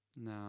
no